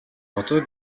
одоо